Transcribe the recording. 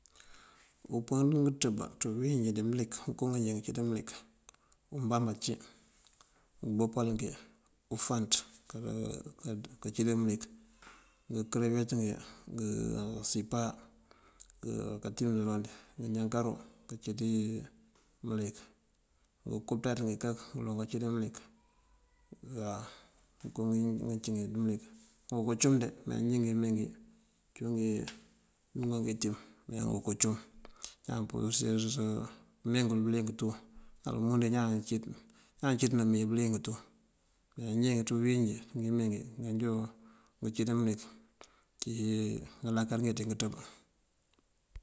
Umpën dí unţëb ţí bíwínjí ţí mëlik ngënko nganjee ngëcí ţí mëlik: umbamba cí, ngëmbopal ngí, ufánţ kací dí mëlik, ngënkërëbet ngí, ngësimpa, ngënjankaru kací mëlik, ngënko pëţaţ ngí kak ngëloŋ kací dí mëlik waw. Ngënko ngancí ngí dí mëlik ngonko cum dí me njí ngímeengí cíwun ngí ndúungank itim, me ngonka cum. Iñaan purir pëmee ngël bëliyëng tú. Á wumundu wí iñaan cíţ náamee bëliyëng tú me njí ţí bíwínjí ngímeengí majoo uwan ací ţí mëlik ngalakar ngí ţí unţëb